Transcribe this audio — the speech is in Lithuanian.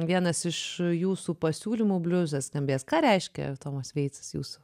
vienas iš jūsų pasiūlymų bliuzas skambės ką reiškia tomas veicas jūsų